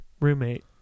Roommate